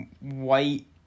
white